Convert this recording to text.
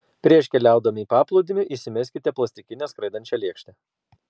prieš keliaudami į paplūdimį įsimeskite plastikinę skraidančią lėkštę